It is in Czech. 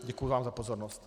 Děkuji vám za pozornost.